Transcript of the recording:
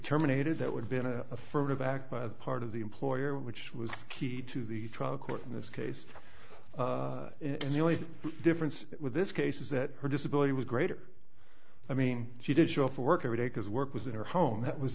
terminated that would been a affirmative act by the part of the employer which was key to the trial court in this case and the only difference with this case is that her disability was greater i mean she didn't show up for work every day because work was in her home that was